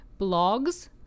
blogs